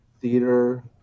theater